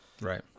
Right